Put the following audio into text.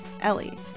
Ellie